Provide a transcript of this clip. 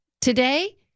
Today